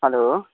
hello